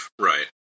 Right